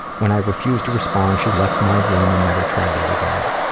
when i refused to respond, she left my room and never tried it again.